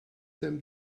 them